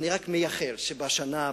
אני רק מייחל שבשנה,